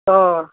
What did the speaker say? অ'